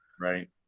Right